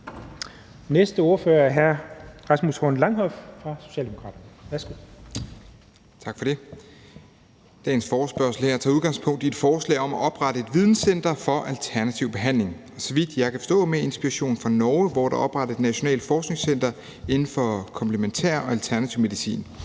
12:01 (Ordfører) Rasmus Horn Langhoff (S): Tak for det. Dagens forespørgsel her tager udgangspunkt i et forslag om at oprette et videncenter for alternativ behandling – så vidt jeg kan forstå med inspiration fra Norge, hvor der er oprettet et nationalt forskningscenter indenfor komplementær og alternativ medicin.